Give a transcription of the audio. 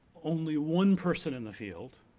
only one person in the field